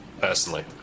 personally